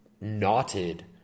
knotted